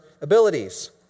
abilities